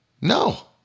no